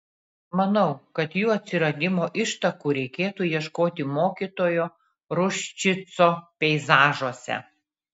manau kad jų atsiradimo ištakų reikėtų ieškoti mokytojo ruščico peizažuose